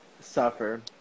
suffer